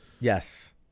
Yes